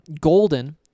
Golden